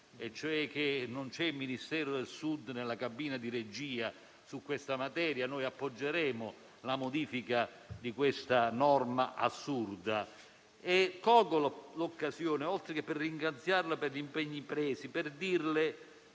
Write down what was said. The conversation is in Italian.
del Ministero del Sud nella cabina di regia su questa materia. Noi pertanto appoggeremo la modifica di questa norma assurda. Colgo l'occasione, oltre che per ringraziarla per gli impegni presi, per dirle